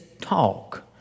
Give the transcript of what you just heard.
talk